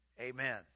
Amen